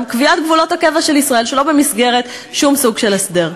קביעת גבולות הקבע של ישראל שלא במסגרת שום סוג של הסדר.